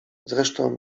zresztą